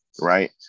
right